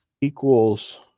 equals